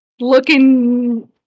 looking